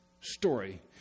story